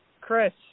Chris